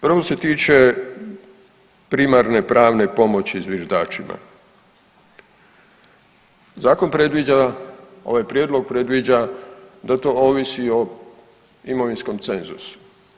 Prvo se tiče primarne pravne pomoći zviždačima, zakon predviđa, ovaj prijedlog predviđa da to ovisi o imovinskom cenzusu.